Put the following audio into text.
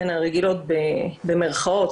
הרגילות במרכאות,